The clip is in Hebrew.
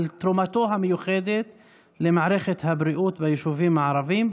תרומתו המיוחדת למערכת הבריאות ביישובים הערביים,